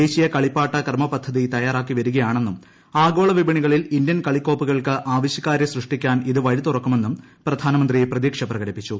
ദേശീയ കളിപ്പാട്ട കർമ്മപദ്ധതി തയ്യാറാക്കി വരികയാണെന്നും ആഗോള വിപണികളിൽ ഇന്ത്യൻ കളിക്കോപ്പുകൾക്ക് ആവശ്യക്കാരെ സൃഷ്ടിക്കാൻ ഇത് വഴി തുറക്കുമെന്നും പ്രധാനമന്ത്രി പ്രതീക്ഷ പ്രകടിപ്പിച്ചു